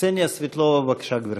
קסניה סבטלובה, בבקשה, גברתי.